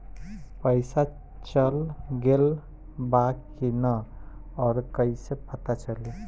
पइसा चल गेलऽ बा कि न और कइसे पता चलि?